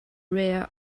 rare